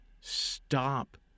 stop